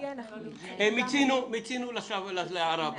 מיצינו, עכשיו להערה הבאה.